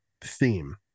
theme